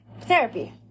therapy